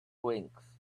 wings